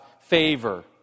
favor